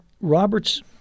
Robert's